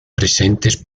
presentes